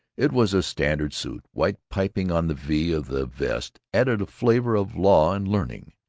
it was a standard suit. white piping on the v of the vest added a flavor of law and learning.